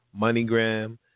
MoneyGram